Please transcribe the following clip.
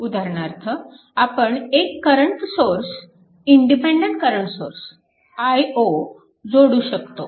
तर उदाहरणार्थ आपण एक current source independent current source i0 जोडू शकतो